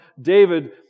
David